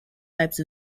types